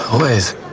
always